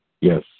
Yes